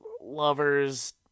lovers